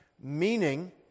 meaning